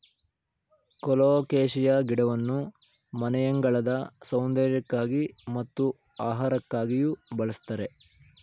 colocasia ಗಿಡವನ್ನು ಮನೆಯಂಗಳದ ಸೌಂದರ್ಯಕ್ಕಾಗಿ ಮತ್ತು ಆಹಾರಕ್ಕಾಗಿಯೂ ಬಳ್ಸತ್ತರೆ